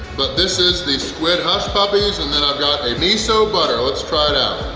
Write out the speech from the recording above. but this is the squid hush puppies and then i've got a miso butter, let's try it out!